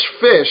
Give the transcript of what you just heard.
fish